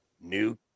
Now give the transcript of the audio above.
new